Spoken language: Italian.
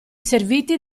serviti